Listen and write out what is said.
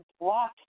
block